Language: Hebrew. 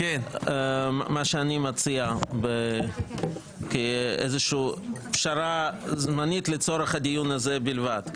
מה שאני מציע כאיזושהי פשרה זמנית לצורך הדיון הזה בלבד.